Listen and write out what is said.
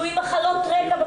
שהוא עם מחלות רקע,